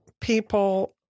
people